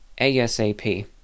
ASAP